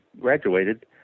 graduated